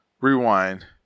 Rewind